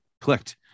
clicked